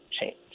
change